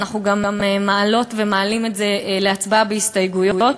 ואנחנו גם מעלות ומעלים את זה להצבעה בהסתייגויות,